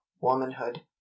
womanhood